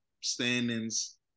standings